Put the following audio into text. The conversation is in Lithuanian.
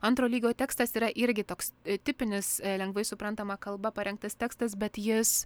antro lygio tekstas yra irgi toks tipinis lengvai suprantama kalba parengtas tekstas bet jis